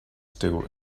still